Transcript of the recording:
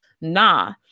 Nah